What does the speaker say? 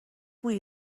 موی